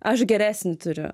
aš geresnį turiu